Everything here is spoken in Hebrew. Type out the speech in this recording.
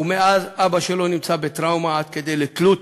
ומאז אבא שלו נמצא בטראומה, עד כדי תלות